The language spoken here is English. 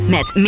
Met